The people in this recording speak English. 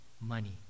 money